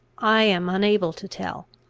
i am unable to tell.